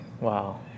Wow